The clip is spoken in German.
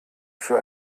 für